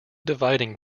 dividing